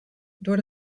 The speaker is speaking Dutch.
door